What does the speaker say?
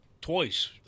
Twice